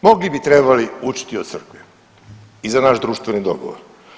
Mnogi bi trebali učiti od Crkve i za naš društveni dogovor.